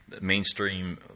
mainstream